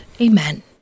Amen